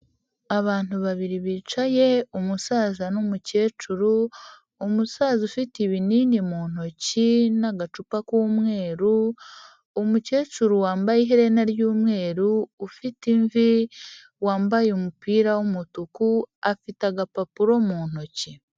Abantu babiri bicaye umusaza n'umukecuru. Umusaza ufite ibinini mu ntoki n'agacupa k'umweru. Umukecuru wambaye iherena ry'umweru, ufite imvi wambaye umupira w'umutuku afite agapapuro mu ntoki.